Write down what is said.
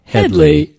Headley